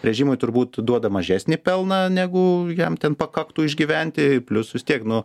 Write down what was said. režimui turbūt duoda mažesnį pelną negu jam ten pakaktų išgyventi plius vis tiek nu